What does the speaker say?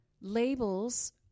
labels